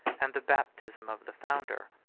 and the baptism of the founder.